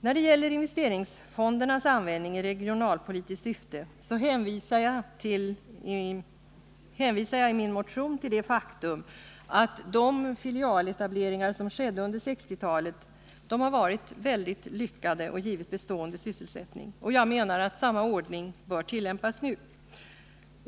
När det gäller investeringsfondernas användning i regionalpolitiskt syfte hänvisar jag i min motion till det faktum att de filialetableringar som skedde under 1960-talet har varit väldigt lyckade och givit bestående sysselsättning. Jag menar att samma ordning bör tillämpas nu.